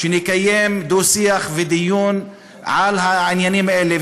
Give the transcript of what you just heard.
שנקיים דו-שיח ודיון בעניינים האלה,